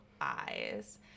eyes